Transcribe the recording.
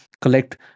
collect